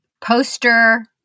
poster